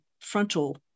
frontal